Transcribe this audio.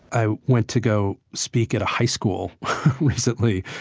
i went to go speak at a high school recently.